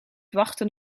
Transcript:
wachten